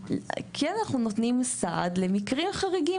אז כן אנחנו נותנים סעד למקרים חריגים